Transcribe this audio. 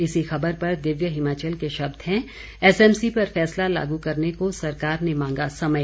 इसी खबर पर दिव्य हिमाचल के शब्द हैं एसएमसी पर फैसला लागू करने को सरकार ने मांगा समय